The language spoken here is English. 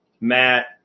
Matt